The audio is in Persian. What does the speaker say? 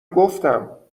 گفتم